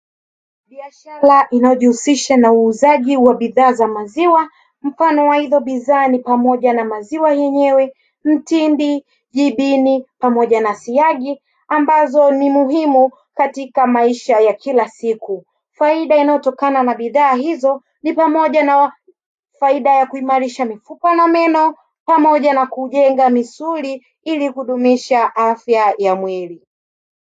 Biashara inayojihusisha na uuzaji wa bidhaa za maziwa mfano wa hizo bidhaa ni pamoja na maziwa yenyewe, mtindi, jibini pamoja na siagi ambazo ni muhimu katika maisha ya kila siku, faida inayotokana na bidhaa hizo ni pamoja na faida ya kuimarisha mifupa na meno pamoja na kujenga misuli ili kudumisha afya ya mwili.